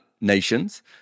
nations